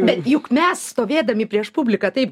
bet juk mes stovėdami prieš publiką tai